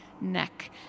neck